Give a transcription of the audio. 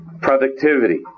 productivity